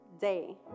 day